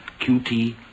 QT